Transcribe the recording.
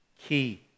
key